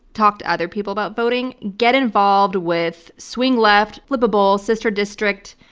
talk to other people about voting. get involved with swing left, flippable, sister district.